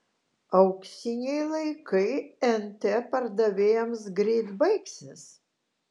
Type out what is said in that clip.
auksiniai laikai nt pardavėjams greit baigsis